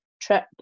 trip